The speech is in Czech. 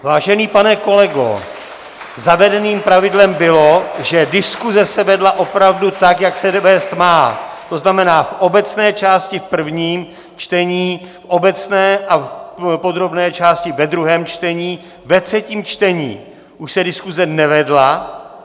Vážený pane kolego , zavedeným pravidlem bylo, že diskuse se vedla opravdu tak, jak se vést má, to znamená v obecné části v prvním čtení, v obecné a v podrobné části ve druhém čtení, ve třetím čtení už se diskuse nevedla.